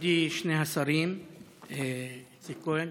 מכובדי שני השרים איציק כהן,